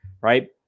right